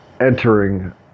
entering